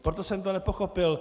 Proto jsem to nepochopil.